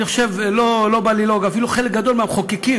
אני לא בא ללעוג, אפילו חלק גדול מהמחוקקים